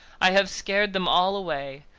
i have scared them all away.